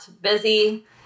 busy